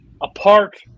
apart